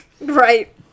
right